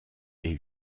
est